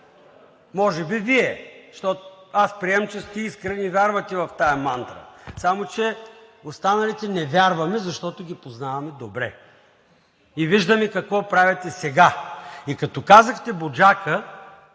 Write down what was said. Може би Вие, защото аз приемам, че сте искрени и вярвате в тази мантра. Само че останалите не вярваме, защото ги познаваме добре и виждаме какво правят и сега. И като казахте „Буджака“,